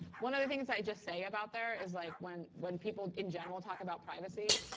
one other thing is i just say about there is like when when people in general talk about privacy